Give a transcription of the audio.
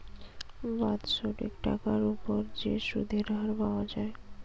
বাৎসরিক টাকার উপর যে সুধের হার পাওয়া যায়